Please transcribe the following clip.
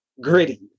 gritty